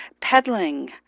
peddling